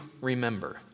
remember